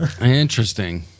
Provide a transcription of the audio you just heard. Interesting